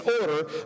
order